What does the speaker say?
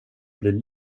bli